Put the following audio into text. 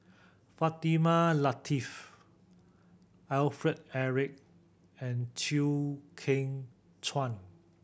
Fatimah Lateef Alfred Eric and Chew Kheng Chuan